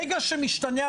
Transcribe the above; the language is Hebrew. על סמכויות המפכ"ל.